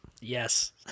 Yes